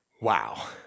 wow